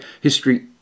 history